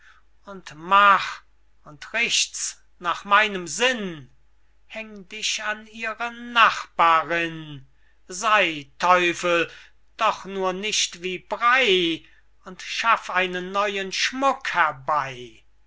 und mach und richt's nach meinem sinn häng dich an ihre nachbarinn sey teufel doch nur nicht wie brey und schaff einen neuen schmuck herbey